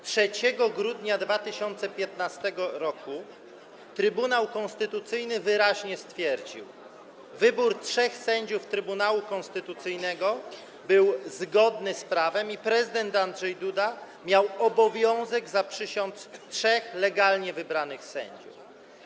3 grudnia 2015 r. Trybunał Konstytucyjny wyraźnie stwierdził: wybór trzech sędziów Trybunału Konstytucyjnego był zgodny z prawem i prezydent Andrzej Duda miał obowiązek zaprzysiąc trzech legalnie wybranych sędziów.